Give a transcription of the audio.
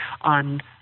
on